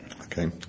Okay